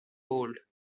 gold